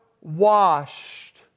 washed